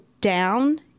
down